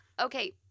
Okay